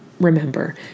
Remember